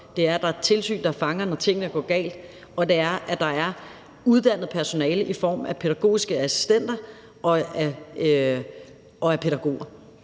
Det er, at der er et tilsyn, der fanger det, når tingene går galt. Og det er, at der er uddannet personale i form af pædagogiske assistenter og af pædagoger.